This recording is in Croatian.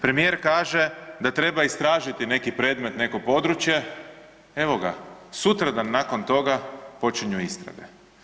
Premijer kaže da treba istražiti neki predmet, neko područje, evo ga sutradan nakon toga počinju istrage.